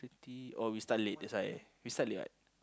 thirty oh we start late that is why we start late right